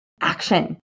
action